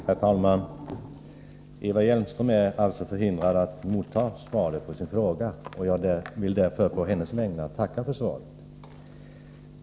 Herr talman! Eva Hjelmström är förhindrad att emotta svaret på sin fråga. Jag ber därför att å hennes vägnar få tacka för svaret.